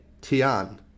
Tian